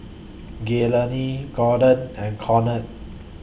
Gaylene Corda and Conard